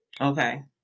okay